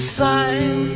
sign